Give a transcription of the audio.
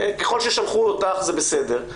ככל ששלחו אותך, זה בסדר.